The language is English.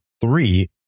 three